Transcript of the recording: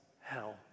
hell